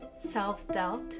self-doubt